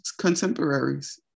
contemporaries